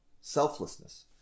Selflessness